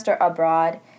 abroad